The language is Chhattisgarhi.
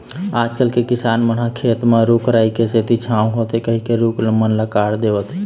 आजकल के किसान मन ह खेत म रूख राई के सेती छांव होथे कहिके रूख मन ल काट देवत हें